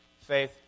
faith